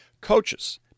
Coaches